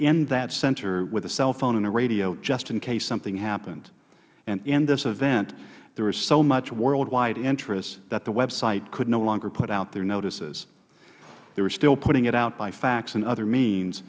in that center with a cell phone and a radio just in case something happened and in this event there was so much worldwide interest that the website could no longer put out their notices they were still putting it out by fax and other means